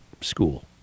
school